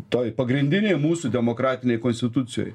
toj pagrindinėj mūsų demokratinėj konstitucijoj